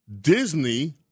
Disney